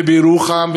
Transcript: ובירוחם,